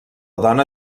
dona